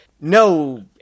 no